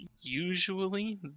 usually